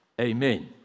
Amen